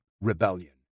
rebellion